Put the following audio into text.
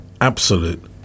absolute